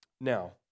Now